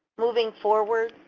moving forward,